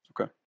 Okay